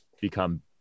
become